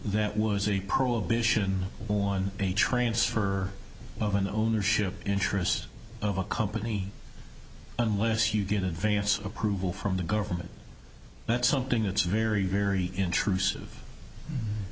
that was a prohibition on a transfer of an ownership interest of a company unless you get an advance approval from the government that's something that's very very intrusive